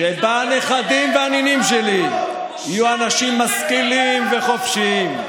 שבה הנכדים והנינים שלי יהיו אנשים משכילים וחופשיים.